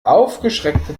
aufgeschreckte